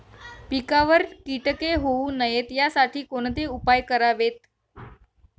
पिकावर किटके होऊ नयेत यासाठी कोणते उपाय करावेत?